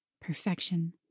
Perfection